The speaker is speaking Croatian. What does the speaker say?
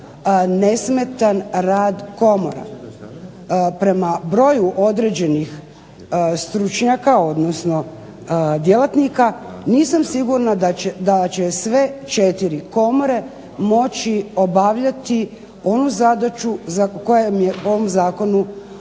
nesmetan rad komora. Prema broju određenih stručnjaka, odnosno djelatnika nisam sigurna da će sve 4 komore moći obavljati onu zadaću koja im je po ovome zakonu